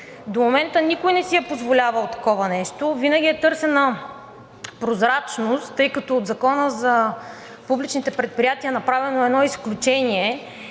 До момента никой не си е позволявал такова нещо. Винаги е търсена прозрачност, тъй като от Закона за публичните предприятия е направено едно изключение